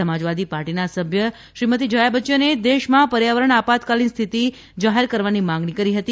સમાજવાદી પાર્ટીના સભ્ય શ્રીમતી જયા બચ્યને દેશમાં પર્યાવરણ આપત્તકાલીન સ્થિતિ જાહેર કરવાની માગણી કરી હતી